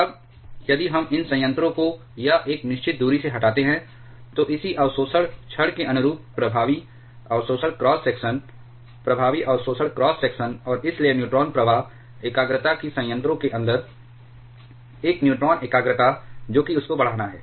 अब यदि हम इन संयंत्रों को या एक निश्चित दूरी से हटाते हैं तो इसी अवशोषण छड़ के अनुरूप प्रभावी अवशोषण क्रॉस सेक्शन प्रभावी अवशोषण क्रॉस सेक्शन और इसलिए न्यूट्रॉन प्रवाह एकाग्रता कि संयंत्रों के अंदर एक न्यूट्रॉन एकाग्रता जोकि उसको बढ़ाना है